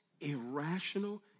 irrational